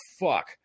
fuck